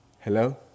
Hello